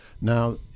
now